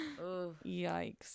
Yikes